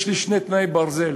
יש לי שני תנאי ברזל,